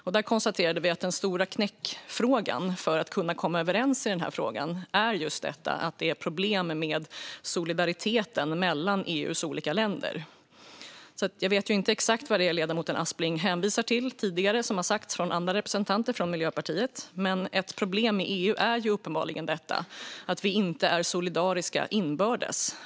Vi konstaterade att den stora knäckfrågan när det gäller att kunna komma överens är att det är problem med solidariteten mellan EU:s olika länder. Jag vet inte exakt vad det är ledamoten Aspling hänvisar till som tidigare sagts av andra representanter från Miljöpartiet, men ett problem i EU är uppenbarligen att vi inte är solidariska inbördes.